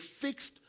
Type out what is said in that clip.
fixed